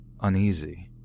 uneasy